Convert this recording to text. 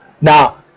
now